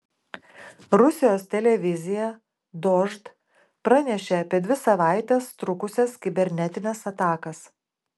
rusijos televizija dožd pranešė apie dvi savaites trukusias kibernetines atakas